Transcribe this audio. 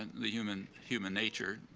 the human human nature